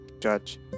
judge